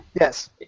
Yes